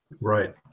Right